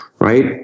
right